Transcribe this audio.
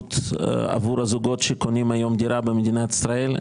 בהתנהלות עבור הזוגות שקונים היום דירה במדינת ישראל.